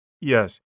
Yes